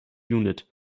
unit